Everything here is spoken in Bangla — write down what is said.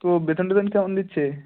তো বেতন টেতন কেমন দিচ্ছে